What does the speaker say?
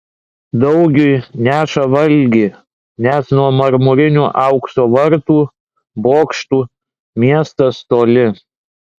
daugiui neša valgį nes nuo marmurinių aukso vartų bokštų miestas toli